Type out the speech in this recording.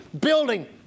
building